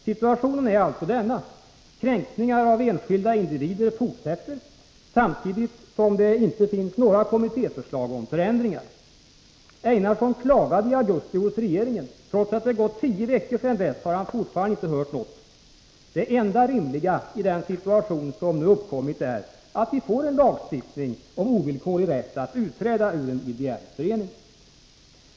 Situationen är alltså denna: Kränkningar av enskilda individer fortsätter, samtidigt som det inte finns några kommittéförslag om förändringar. Einarsson klagade i augusti hos regeringen. Trots att det har gått tio veckor sedan dess har han fortfarande inte hört något. Det enda rimliga i den situation som nu uppkommit är att vi får en lagstiftning om ovillkorlig rätt att utträda ur en ideell förening.